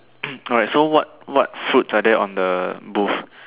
alright so what what fruits are there on the booth